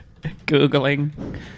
Googling